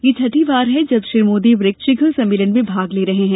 यह छठी बार है जब श्री मोदी ब्रिक्स शिखर सम्मेलन में भाग ले रहे हैं